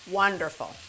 wonderful